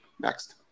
Next